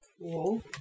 Cool